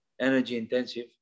energy-intensive